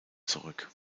zurück